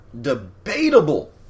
debatable